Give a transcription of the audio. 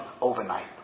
overnight